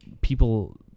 people